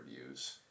reviews